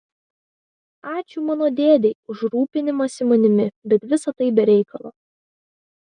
ačiū mano dėdei už rūpinimąsi manimi bet visa tai be reikalo